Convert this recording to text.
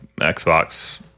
Xbox